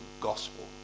gospel